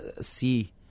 see